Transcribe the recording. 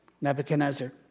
Nebuchadnezzar